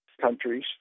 countries